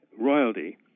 royalty